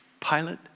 Pilate